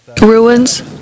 Ruins